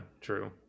true